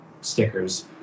stickers